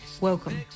welcome